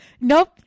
Nope